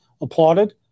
applauded